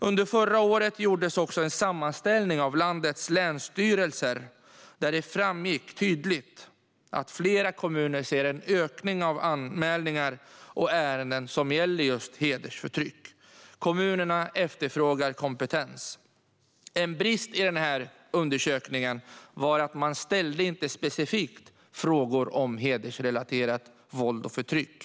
Under förra året gjorde landets länsstyrelser en sammanställning där det tydligt framgick att flera kommuner ser en ökning av anmälningar och ärenden som gäller just hedersförtryck. Kommunerna efterfrågar kompetens. En brist i denna undersökning var att man inte specifikt ställde frågor om hedersrelaterat våld och förtryck.